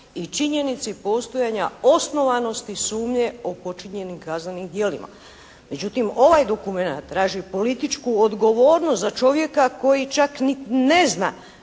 i činjenici postojanja osnovanosti sumnje o počinjenim kaznenim djelima. Međutim ovaj dokumenat traži političku odgovornost za čovjeka koji čak ni ne zna